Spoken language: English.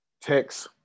text